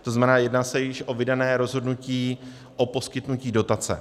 To znamená, jedná se již o vydané rozhodnutí o poskytnutí dotace.